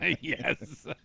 Yes